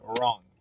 wrong